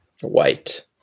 white